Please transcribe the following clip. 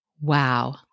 Wow